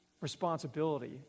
responsibility